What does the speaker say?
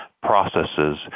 processes